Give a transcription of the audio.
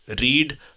read